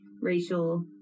racial